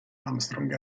armstrong